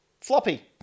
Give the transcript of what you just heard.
floppy